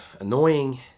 annoying